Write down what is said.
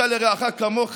"ואהבת לרעך כמוך".